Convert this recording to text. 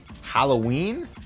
Halloween